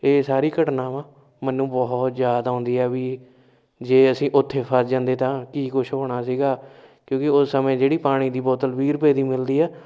ਇਹ ਸਾਰੀ ਘਟਨਾਵਾਂ ਮੈਨੂੰ ਬਹੁਤ ਯਾਦ ਆਉਂਦੀ ਹੈ ਵੀ ਜੇ ਅਸੀਂ ਉੱਥੇ ਫਸ ਜਾਂਦੇ ਤਾਂ ਕੀ ਕੁਛ ਹੋਣਾ ਸੀਗਾ ਕਿਉਂਕਿ ਉਹ ਸਮੇਂ ਜਿਹੜੀ ਪਾਣੀ ਦੀ ਬੋਤਲ ਵੀਹ ਰੁਪਏ ਦੀ ਮਿਲਦੀ ਹੈ